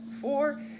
four